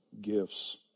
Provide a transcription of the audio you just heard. gifts